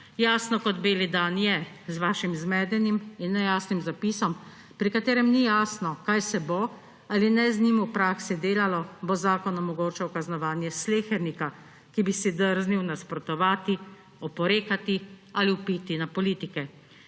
Jasno kot beli dan je, z vašim zmedenim in nejasnim zapisom, pri katerem ni jasno, kaj se bo ali ne z njim v praksi delalo, bo zakon omogočal kaznovanje slehernika, ki bi si drznil nasprotovati, oporekati ali vpiti na politike.